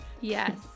Yes